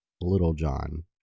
Littlejohn